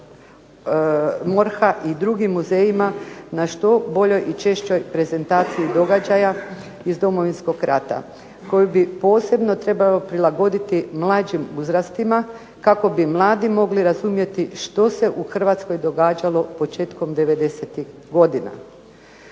MORH-a i drugim muzejima na što boljoj i češćoj prezentaciji događaja iz Domovinskog rata koju bi posebno trebalo prilagoditi mlađim uzrastima. Kako bi mladi mogli razumjeti što se u Hrvatskoj događalo početkom '90-ih godina.